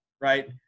right